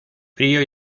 frío